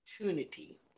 opportunity